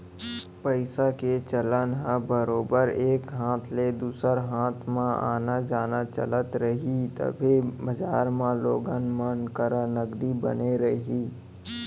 पइसा के चलन ह बरोबर एक हाथ ले दूसर हाथ म आना जाना चलत रही तभे बजार म लोगन मन करा नगदी बने रही